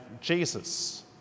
Jesus